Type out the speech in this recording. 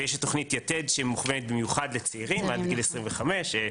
ויש את תוכנית ׳יתד׳ שמוכוונת במיוחד לצעירים עד גיל 26,